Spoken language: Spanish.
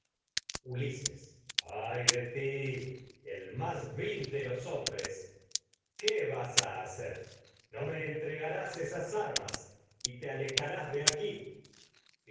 ay de ti el más vil de los hombres qué aleja vas a hacer no me entregarás esas armas y te rás de aquí